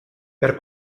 per